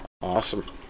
Awesome